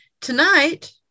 tonight